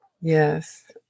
Yes